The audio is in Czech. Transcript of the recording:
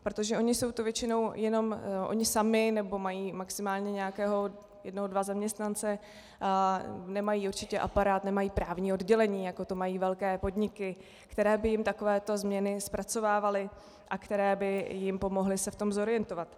Protože oni jsou to většinou jenom oni sami, nebo mají maximálně nějakého jednoho dva zaměstnance, nemají určitě aparát, nemají právní oddělení, jako to mají velké podniky, které by jim takovéto změny zpracovávalo a které by jim pomohlo se v tom zorientovat.